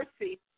mercy